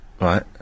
Right